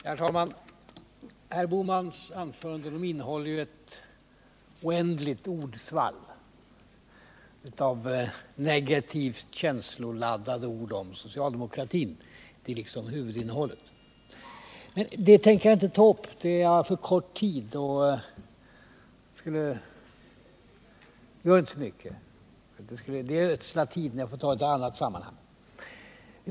Herr talman! Herr Bohmans anföranden innehåller ett oändligt ordsvall av negativt känsloladdade ord om socialdemokratin. Det är liksom huvudinnehållet. Men det tänker jag inte ta upp — jag har för kort tid. Men det gör inte så mycket; det vore att ödsla tid. Jag får ta upp det i ett annat sammanhang.